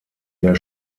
der